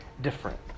different